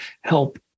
help